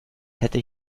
hätte